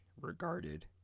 regarded